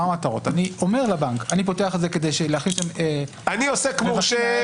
הוא אומר לבנק: אני פותח את זה כדי ל ---- אני עוסק פטור,